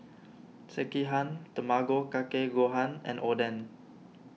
Sekihan Tamago Kake Gohan and Oden